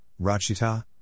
Rachita